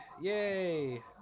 Yay